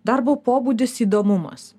darbo pobūdis įdomumas